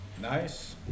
Nice